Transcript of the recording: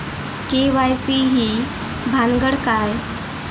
KYC ही भानगड काय?